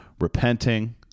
repenting